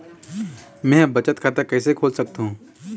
मै ह बचत खाता कइसे खोल सकथों?